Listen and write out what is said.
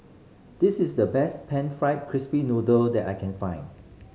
this is the best pan fried crispy noodle that I can find